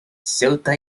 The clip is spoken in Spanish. ceuta